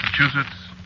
Massachusetts